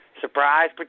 Surprise